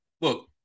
look